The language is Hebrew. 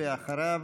ואחריו,